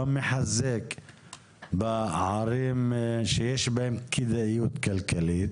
גם מחזק בערים שיש בהם כדאיות כלכלית.